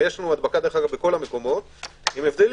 ויש לנו הדבקה בכל המקומות עם הבדלים.